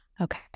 okay